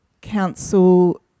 council